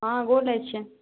हँ बोलैत छियै